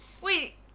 Wait